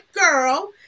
girl